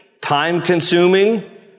time-consuming